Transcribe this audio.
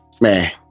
man